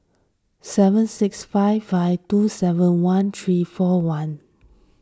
seven six five five two seven one three four one